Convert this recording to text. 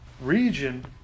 region